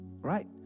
right